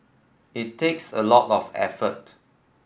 it takes a lot of effort